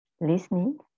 listening